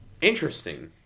Interesting